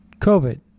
COVID